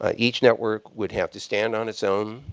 ah each network would have to stand on its own.